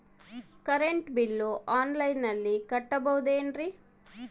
Current bill ಆನ್ಲೈನಿನಲ್ಲಿ ಕಟ್ಟಬಹುದು ಏನ್ರಿ?